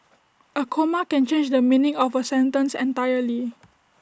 A comma can change the meaning of A sentence entirely